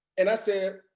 and i said,